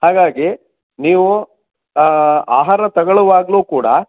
ಹಾಗಾಗಿ ನೀವು ಆಹಾರ ತಗೊಳ್ಳೋವಾಗಲೂ ಕೂಡ